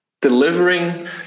delivering